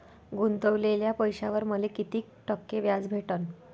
गुतवलेल्या पैशावर मले कितीक टक्के व्याज भेटन?